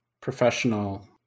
professional